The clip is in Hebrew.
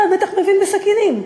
אתה בטח מבין בסכינים,